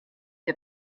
der